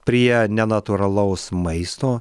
prie nenatūralaus maisto